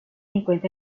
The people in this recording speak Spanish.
encuentra